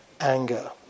anger